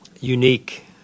Unique